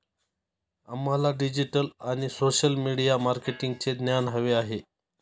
आम्हाला डिजिटल आणि social media मार्केटिंगचे ज्ञान हवे आहे